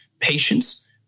patience